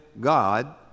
God